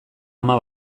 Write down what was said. ama